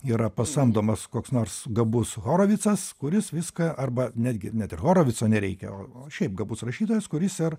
yra pasamdomas koks nors gabus horovicas kuris viską arba netgi net ir horovico nereikia o o šiaip gabus rašytojas kuris ir